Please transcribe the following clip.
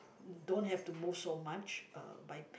don't have to move so much uh by